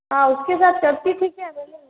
हाँ उसके साथ करती थी क्या बैलेंस